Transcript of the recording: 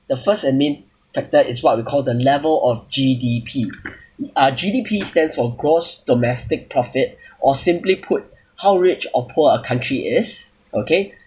the first and main factor is what we call the level of G_D_P uh G_D_P stands for gross domestic profit or simply put how rich or poor a country is okay